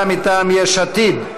הממשלה, מטעם יש עתיד.